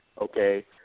Okay